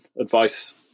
advice